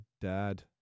dad